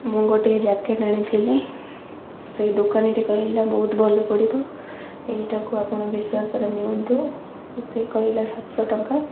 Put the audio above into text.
ମୁଁ ଗୋଟେ ଜ୍ୟାକେଟ୍ ଆଣିଥିଲି ସେଇ ଦୋକାନୀଟି କହିଲା ବହୁତ ଭଲ ପଡ଼ିବ ଏହିଟାକୁ ଆପଣ ବିଶ୍ୱାସରେ ନିଅନ୍ତୁ ସେ କହିଲା ସାତଶହ ଟଙ୍କା